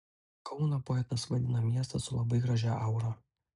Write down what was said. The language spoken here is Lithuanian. kauną poetas vadina miestu su labai gražia aura